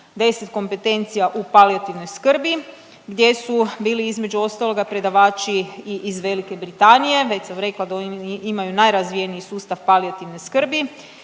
„10 kompetencija u palijativnoj skrbi“ gdje su bili između ostaloga predavači i iz Velike Britanije, već sam rekla da oni imaju najrazvijeniji sustav palijativne skrbi